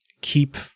keep